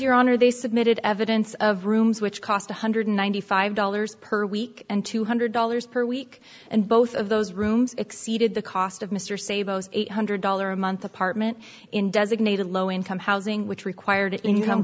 your honor they submitted evidence of rooms which cost one hundred ninety five dollars per week and two hundred dollars per week and both of those rooms exceeded the cost of mr say both eight hundred dollars a month apartment in designated low income housing which required